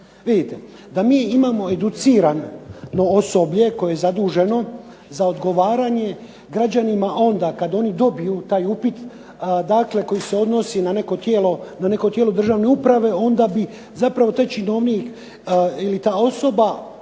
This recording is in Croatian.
da mi imamo educirano osoblje koje je zaduženo za odgovaranje građanima onda kada oni dobiju taj upit, dakle koji se odnosi na neko tijelo državne uprave, onda bi taj činovnik ili ta osoba